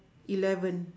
eleven